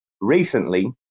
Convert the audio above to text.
recently